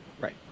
Right